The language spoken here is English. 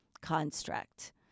construct